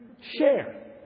Share